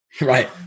Right